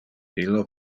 illo